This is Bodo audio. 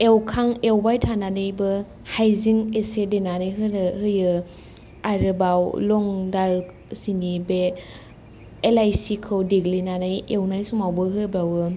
एवखां एवबाय थानानैबो हाइजें एसे देनानै होयो आरोबाव लंग दालसिनि बे एलाइचिखौ देग्लिनानै एवनाय समावबो होबावो